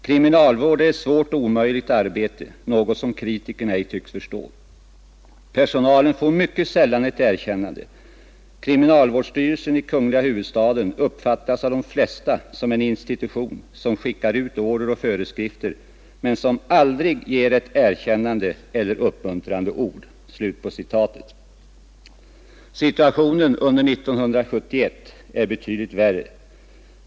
Kriminalvård är ett svårt och omöjligt arbete, något som kritikerna ej tycks förstå. Personalen får mycket sällan ett erkännande. Kriminalvårdsstyrelsen i Kungl. Huvudstaden uppfattas av de flesta som en institution, som skickar ut order och föreskrifter men som aldrig ger ett erkännande eller uppmuntrande ord.” Situationen under 1971 var betydligt värre.